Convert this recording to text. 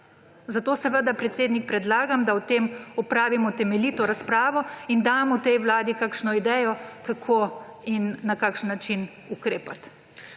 Zato seveda, predsednik, predlagam, da o tem opravimo temeljito razpravo in damo tej vladi kakšno idejo, kako in na kakšen način ukrepati.